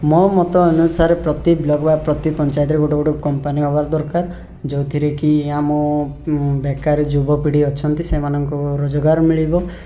ମୋ ମତ ଅନୁସାରେ ପ୍ରତି ପ୍ରତି ପଞ୍ଚାୟତରେ ଗୋଟେ ଗୋଟେ କମ୍ପାନୀ ହେବା ଦରକାର ଯେଉଁଥିରେ କି ଆମ ବେକାରୀ ଯୁବପିଢ଼ି ଅଛନ୍ତି ସେମାନଙ୍କୁ ରୋଜଗାର ମିଳିବ